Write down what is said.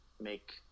make